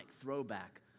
throwback